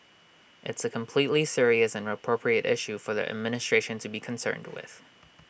it's A completely serious and appropriate issue for the administration to be concerned with